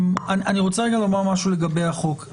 אני רוצה לומר משהו לגבי החוק.